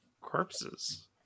corpses